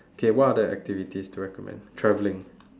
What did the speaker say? okay what other activities to recommend travelling